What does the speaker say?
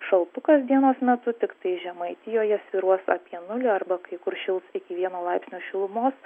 šaltukas dienos metu tiktai žemaitijoje svyruos apie nulį arba kai kur šils iki vieno laipsnio šilumos